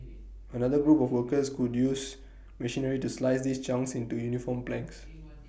another group of workers would use machinery to slice these chunks into uniform planks